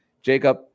Jacob